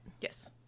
Yes